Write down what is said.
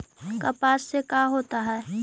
कपास से का होता है?